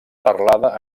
parlada